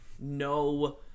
No